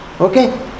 Okay